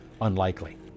unlikely